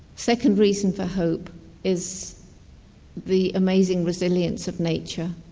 second reason for hope is the amazing resilience of nature.